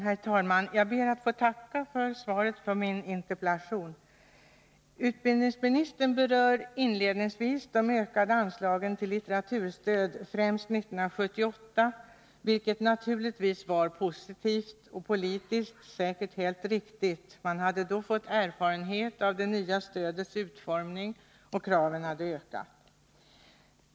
Herr talman! Jag ber att få tacka för svaret på min interpellation. Utbildningsministern berör inledningsvis de ökade anslagen till litteratur stöd, främst 1978, vilka naturligtvis var positiva och politiskt helt säkert riktiga. Man hade då fått erfarenhet av det nya stödets utformning, och kraven hade ökat.